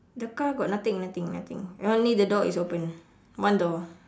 the car got nothing nothing nothing only the door is open one door